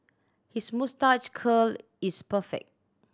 his moustache curl is perfect